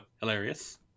hilarious